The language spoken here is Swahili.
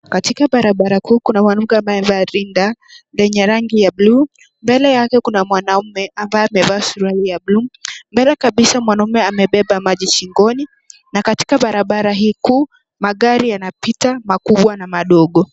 Katika barabara kuu kuna mwanamke ambaye amevaa rinda yenye rangi ya bluu. Mbele yake kuna mwanaume ambaye amevaa fulana ya bluu mbele kabisa mwanaume amebeba maji shingoni, na katika barabara hii kuu magari yanpita makubwa na madogo.